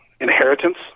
inheritance